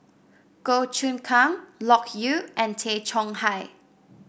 Goh Choon Kang Loke Yew and Tay Chong Hai